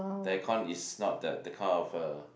the aircon is not that that kind of uh